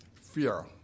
fear